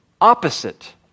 Opposite